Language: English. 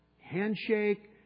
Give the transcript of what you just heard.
Handshake